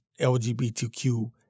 LGBTQ